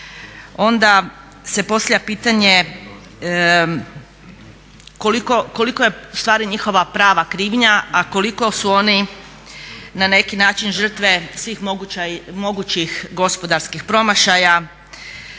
onda se postavlja pitanje koliko je u stvari njihova prava krivnja, a koliko su oni na neki način žrtve svih mogućih gospodarskih promašaja,